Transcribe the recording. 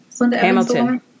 Hamilton